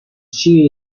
she